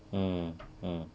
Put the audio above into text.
mm mm